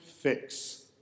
fix